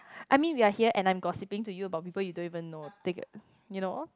I mean we are here and I'm gossiping to you about people you don't even know you know